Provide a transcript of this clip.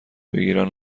بگیرن